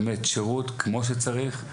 באמת שירות כמו שצריך.